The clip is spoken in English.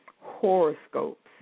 horoscopes